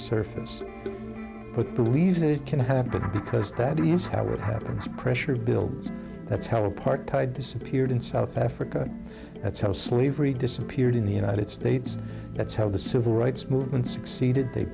surface but believe that it can happen because that is how it happens pressure builds that's hell part tide disappeared in south africa that's how slavery disappeared in the united states that's how the civil rights movement succeeded they